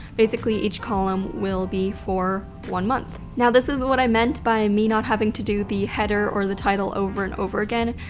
basically each column will be for one month. now, this is what i meant by me not having to do the header or the title over and over again.